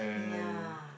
ya